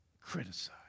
criticize